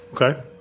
Okay